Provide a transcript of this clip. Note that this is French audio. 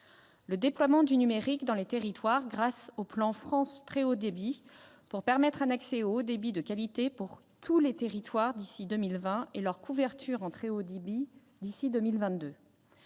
le déploiement du numérique dans les territoires, grâce au plan France Très haut débit, pour permettre un accès au haut débit de qualité dans tous les territoires d'ici à 2020 et leur couverture en très haut débit d'ici à 2022